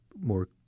more